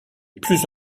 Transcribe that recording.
plus